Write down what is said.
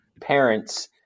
parents